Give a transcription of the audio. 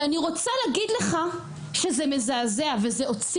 ואני רוצה להגיד לך שזה מזעזע וזה הוציא